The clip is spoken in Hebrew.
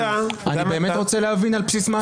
אני באמת רוצה להבין, על בסיס מה הדיון?